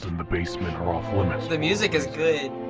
the basement are off-limits. the music is good.